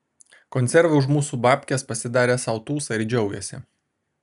konservai už mūsų babkes pasidarė sau tūsą ir džiaugiasi